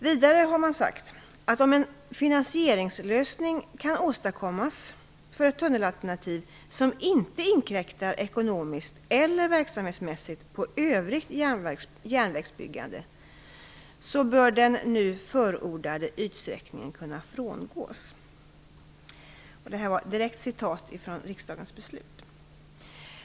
Vidare har man sagt att om en finansieringslösning kan åstadkommas för ett tunnelalternativ, som inte inkräktar ekonomiskt eller verksamhetsmässigt på övrigt järnvägsbyggande, bör den nu förordade ytsträckningen kunna frångås. Detta säger riksdagen i sitt beslut.